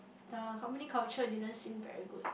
the company culture didn't seem very good